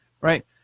right